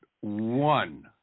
one